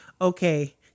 okay